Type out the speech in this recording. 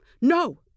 No